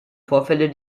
vorfälle